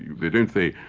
yeah they don't say,